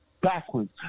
backwards